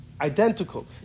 identical